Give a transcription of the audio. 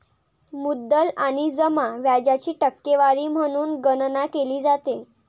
मुद्दल आणि जमा व्याजाची टक्केवारी म्हणून गणना केली जाते